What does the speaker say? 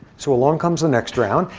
so along comes the next round,